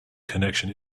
connection